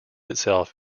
itself